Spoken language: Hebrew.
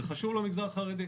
זה חשוב למגזר החרדי.